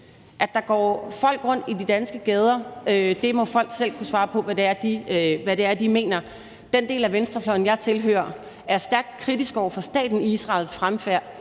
at der går folk rundt i de danske gader med en holdning, må de folk selv kunne svare på, hvad det er, de mener. Den del af venstrefløjen, jeg tilhører, er stærkt kritisk over for staten Israels fremfærd